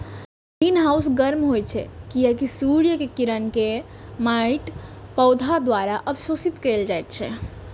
greenhouse गर्म होइ छै, कियैकि सूर्यक किरण कें माटि, पौधा द्वारा अवशोषित कैल जाइ छै